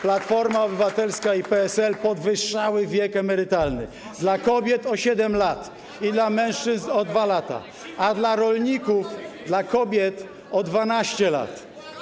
Platforma Obywatelska i PSL podwyższyły wiek emerytalny: dla kobiet o 7 lat i dla mężczyzn o 2 lata, a dla rolników, dla kobiet - o 12 lat.